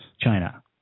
China